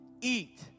eat